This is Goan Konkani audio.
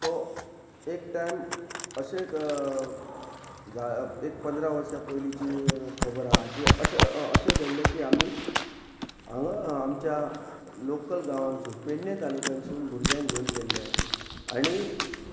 तो एक टायम अशें एक पंदरा वर्सां पयलींची खबर आसा की अशें अशें घडले की आमी हांगा आमच्या लोकल गांवांतसून पेडणे तालुक्यासून भुरग्यांक घेवन गेल्ले आनी